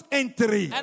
entry